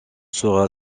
sera